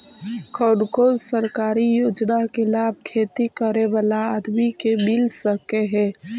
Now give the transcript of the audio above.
कोन कोन सरकारी योजना के लाभ खेती करे बाला आदमी के मिल सके हे?